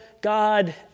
God